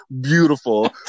beautiful